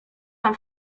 tam